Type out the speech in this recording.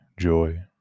Joy